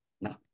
no